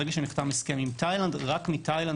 ברגע שנחתם הסכם עם תאילנד רק מתאילנד